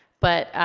but,